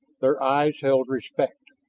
their eyes held respect.